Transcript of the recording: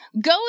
Go